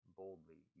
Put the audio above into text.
boldly